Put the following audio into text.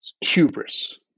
hubris